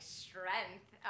strength